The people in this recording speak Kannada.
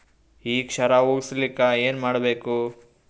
ಈ ಕ್ಷಾರ ಹೋಗಸಲಿಕ್ಕ ಏನ ಮಾಡಬೇಕು?